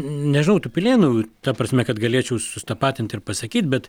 nežinau tų pilėnų ta prasme kad galėčiau susitapatint ir pasakyt bet